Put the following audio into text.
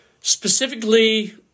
specifically